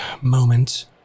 moment